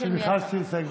אמסלם,